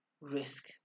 risk